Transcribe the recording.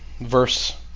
Verse